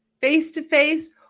face-to-face